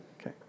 Okay